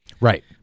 Right